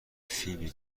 فیبی